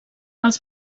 els